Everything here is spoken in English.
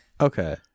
Okay